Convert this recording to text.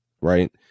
right